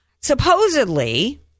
Supposedly